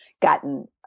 gotten